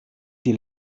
die